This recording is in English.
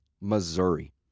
Missouri